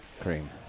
cream